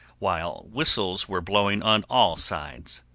while whistles were blowing on all sides.